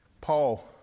Paul